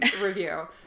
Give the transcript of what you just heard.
review